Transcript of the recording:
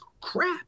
crap